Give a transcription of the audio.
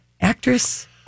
actress